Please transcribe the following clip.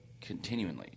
continually